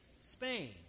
Spain